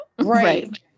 right